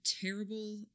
terrible